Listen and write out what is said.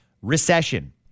Recession